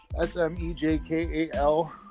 s-m-e-j-k-a-l